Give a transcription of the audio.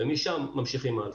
ומשם ממשיכים הלאה.